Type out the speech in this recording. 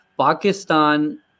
Pakistan